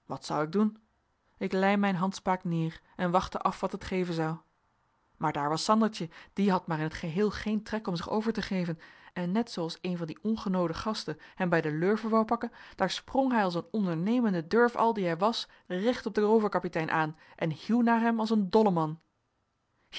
wat zou ik doen ik lei mijn handspaak neer en wachtte af wat het geven zou maar daar was sandertje die had maar in t geheel geen trek om zich over te geven en net zooals een van die ongenoode gasten hem bij de lurven wou pakken daar sprong hij als een ondernemende durf al die hij was recht op den rooverkapitein aan en hieuw naar hem als een dolleman